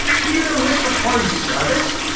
do you enlist for foreign service?